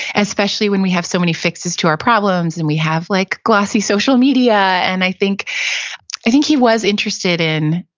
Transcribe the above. especially when we have so many fixes to our problems and we have like glossy social media. and i i think he was interested in,